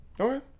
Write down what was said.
Okay